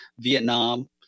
Vietnam